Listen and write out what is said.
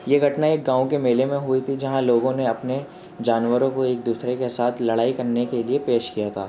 یہ گھٹنا ایک گاؤں کے میلے میں ہوئی تھی جہاں لوگوں نے اپنے جانوروں کو ایک دوسرے کے ساتھ لڑائی کرنے کے لیے پیش کیا تھا